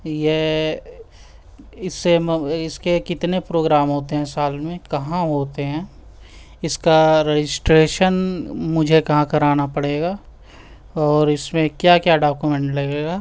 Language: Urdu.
یہ اس اس کے کتنے پرواگرام ہوتے ہیں سال میں کہاں ہوتے ہیں اس کا رجسٹریشن مجھے کہاں کرانا پڑے گا اور اس میں کیا کیا ڈوکومنٹ لگے گا